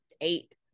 eight